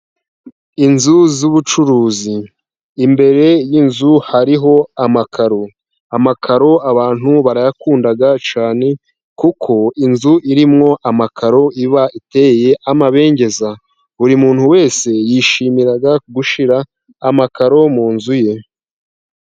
Inzu z'ubucuruzi, imbere y'inzu hariho amakaro, amakaro abantu barayakunda cyane, kuko inzu irimo amakaro iba iteye amabengeza, buri muntu wese yishimira gushyira amakaro mu nzu ye.